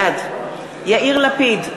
בעד יאיר לפיד,